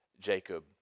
Jacob